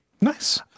Nice